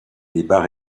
débat